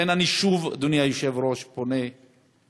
לכן שוב, אדוני היושב-ראש, אני פונה לתקשורת: